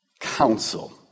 council